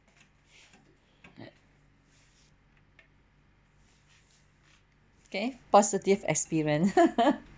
okay positive experience